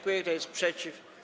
Kto jest przeciw?